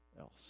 else